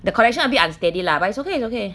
the connection a bit unsteady lah but it's okay